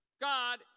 God